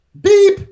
beep